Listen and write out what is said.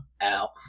out